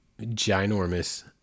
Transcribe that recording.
ginormous